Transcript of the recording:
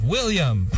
William